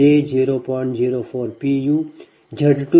uZ 40